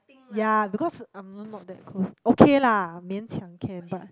ya because I'm not that close okay lah 勉强 can but